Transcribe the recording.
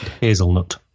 Hazelnut